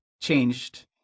changed